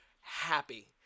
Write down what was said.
happy